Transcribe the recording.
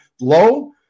low